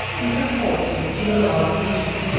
and from poetry to the law of nations,